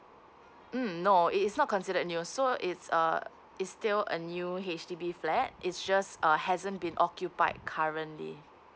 mmhmm no it is not considered new so it's uh it's still a new H_D_B flat it's just hasn't been occupied currently